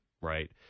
right